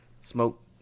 smoke